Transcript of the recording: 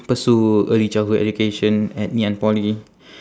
pursue early childhood education at ngee ann poly